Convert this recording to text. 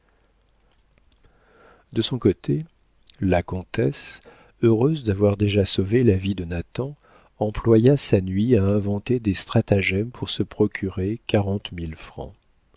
de son côté la comtesse heureuse d'avoir déjà sauvé la vie de nathan employa sa nuit à inventer des stratagèmes pour se procurer quarante mille francs